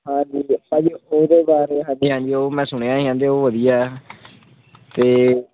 ਹਾਂਜੀ ਭਾਅ ਜੀ ਉਹਦੇ ਬਾਰੇ ਹਾਂਜੀ ਹਾਂਜੀ ਉਹ ਮੈਂ ਸੁਣਿਆ ਸੀ ਕਹਿੰਦੇ ਉਹ ਵਧੀਆ ਅਤੇ